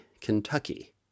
Kentucky